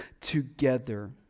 together